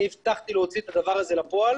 אני הבטחתי להוציא את הדבר הזה לפועל